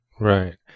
Right